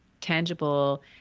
tangible